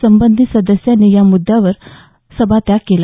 संबंधित सदस्यांनी या मुद्यावरून सभात्याग केला